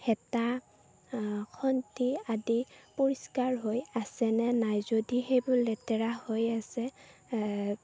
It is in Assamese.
হেতা খন্তি আদি পৰিষ্কাৰ হৈ আছেনে নাই যদি সেইবোৰ লেতেৰা হৈ আছে